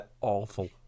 awful